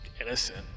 innocent